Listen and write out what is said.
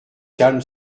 calme